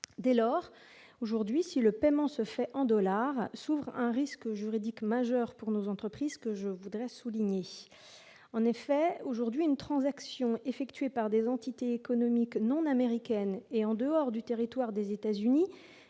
dès lors aujourd'hui si le paiement se fait en dollars s'ouvre un risque juridique majeur pour nos entreprises ce que je voudrais souligner en effet aujourd'hui une transaction effectuée par des entités économiques non américaines et en dehors du territoire des États-Unis